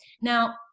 Now